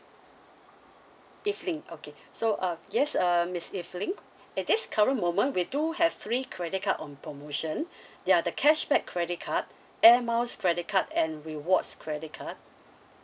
evelyn okay so uh yes uh miss evelyn at this current moment we do have three credit card on promotion they are the cashback credit card air miles credit card and rewards credit card